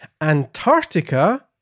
antarctica